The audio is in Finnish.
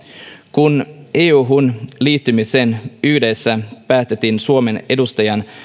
kun euhun liittymisen yhteydessä päätettiin suomen edustajan